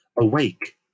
Awake